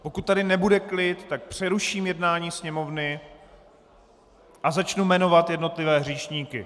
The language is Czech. Pokud tady nebude klid, přeruším jednání Sněmovny a začnu jmenovat jednotlivé hříšníky.